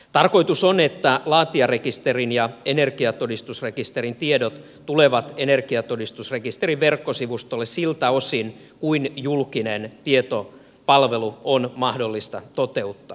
tarkoitus on että laatijarekisterin ja energiatodistusrekisterin tiedot tulevat energiatodistusrekisterin verkkosivustolle siltä osin kuin julkinen tietopalvelu on mahdollista toteuttaa